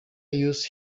use